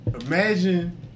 imagine